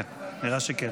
כן, נראה שכן.